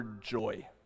joy